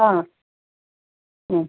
ആ